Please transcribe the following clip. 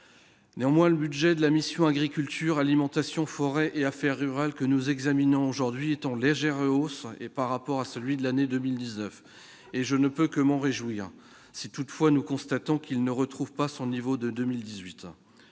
néanmoins le budget de la mission Agriculture alimentation forêt et affaires rurales que nous examinons aujourd'hui est en légère hausse et par rapport à celui de l'année 2019, et je ne peux que m'en réjouir, si toutefois nous constatons qu'il ne retrouve pas son niveau de 2018